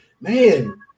man